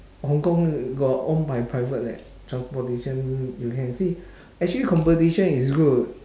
hong kong got own by private like transportation you can see actually competition is good